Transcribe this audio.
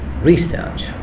research